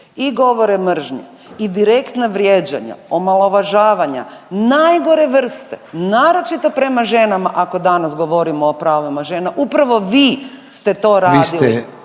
i govore mržnje i direktna vrijeđanja, omalovažavanja najgore vrste naročito prema ženama ako danas govorimo o pravima žena upravo vi ste to radili.